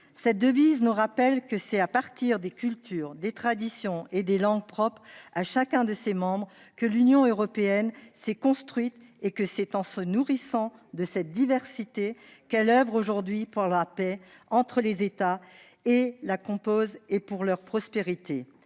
cette devise nous rappelle que c'est à partir des cultures, des traditions et des langues propres à chacun de ses membres, que l'Union européenne s'est construite, et que c'est en se nourrissant de cette diversité qu'elle oeuvre pour la paix entre les États qui la composent et pour leur prospérité.